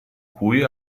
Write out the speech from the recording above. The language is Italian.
cui